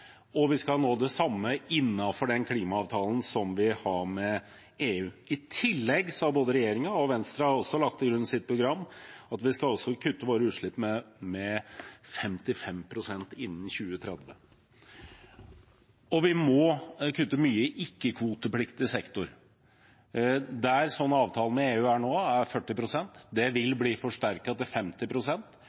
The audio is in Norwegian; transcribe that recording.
forpliktelse. Vi skal nå det samme innenfor klimaavtalen vi har med EU. I tillegg har både regjeringen og Venstre lagt til grunn i sine programmer at vi skal kutte våre utslipp med 55 pst. innen 2030. Vi må kutte mye i ikke-kvotepliktig sektor. Sånn avtalen med EU er nå, er det 40 pst. Det vil bli forsterket til